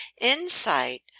insight